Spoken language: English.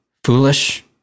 Foolish